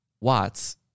watts